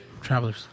Travelers